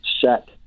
set